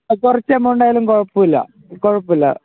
ആ കുറച്ച് എമൗണ്ടായാലും കുഴപ്പമില്ല കുഴപ്പമില്ല